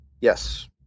Yes